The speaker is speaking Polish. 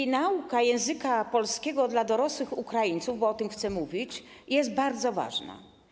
I nauka języka polskiego dla dorosłych Ukraińców, bo o tym chcę mówić, jest bardzo ważna.